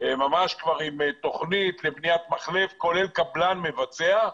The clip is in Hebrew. ממש כבר עם תכנית לבניית מחלף כולל קבלן מבצע,